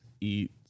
eat